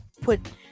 put